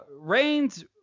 reigns